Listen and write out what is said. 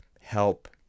help